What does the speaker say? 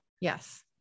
Yes